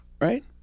Right